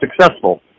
successful